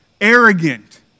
arrogant